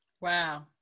Wow